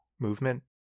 movement